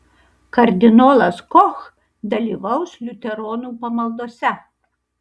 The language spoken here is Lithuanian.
kardinolas koch dalyvaus liuteronų pamaldose